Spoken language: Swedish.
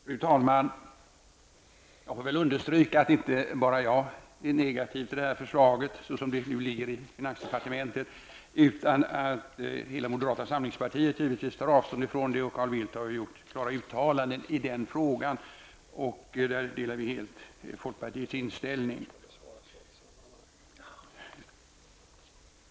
Fru talman! Jag vill understryka att det inte bara är jag som är negativ till detta förslag som det nu ligger i finansdepartementet. Givetvis tar hela moderata samlingspartiet avstånd från det, och Carl Bildt har gjort klara uttalanden i den frågan. Där delar vi helt folkpartiets inställning.